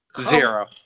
Zero